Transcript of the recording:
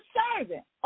serving